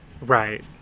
Right